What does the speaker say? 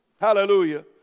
Hallelujah